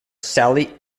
sally